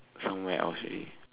somewhere else already